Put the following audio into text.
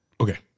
Okay